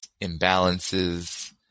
imbalances